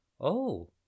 Oh